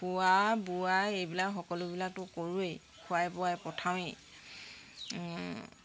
খোৱা বোৱা এইবিলাক সকলোবিলাকতো কৰোঁৱেই খুৱাই বোৱুই পঠাওঁৱে